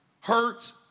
hurts